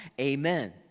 Amen